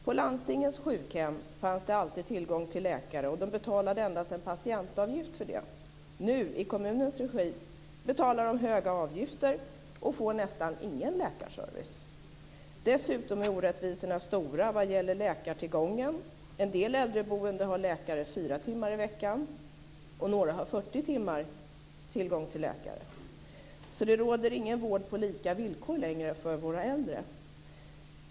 På landstingens sjukhem fanns det alltid tillgång till läkare, och man betalade endast en patientavgift för det. Nu, i kommunens regi, betalar man höga avgifter och får nästan ingen läkarservice. Dessutom är orättvisorna stora vad gäller läkartillgången. En del äldreboenden har läkare fyra timmar i veckan och andra har tillgång till läkare 40 timmar. Det råder alltså inte vård på lika villkor längre för våra äldre.